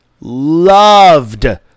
loved